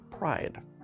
Pride